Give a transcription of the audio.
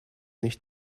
nicht